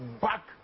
back